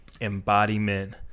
embodiment